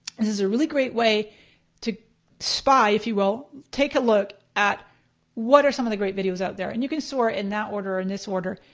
this is a really great way to spy if you will, take a look at what are some of the great videos out there. and you can sort in that order, and this order.